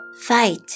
fight